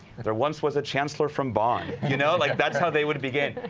there once was a chancellor from bond, you know like that's how they would begin.